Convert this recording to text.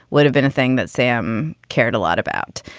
would have been a thing that sam cared a lot about.